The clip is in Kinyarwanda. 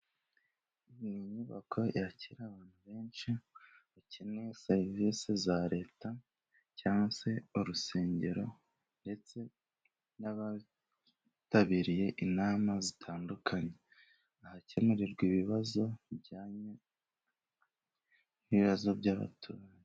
Iyi ni inyubako yakira abantu benshi bakeneye serivisi za leta, cyangwa se urusengero ndetse n'abatabiriye inama zitandukanye, ahakemurirwa ibibazo bijyanye n'ibibazo by'abaturage.